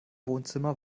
wohnzimmer